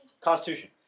Constitution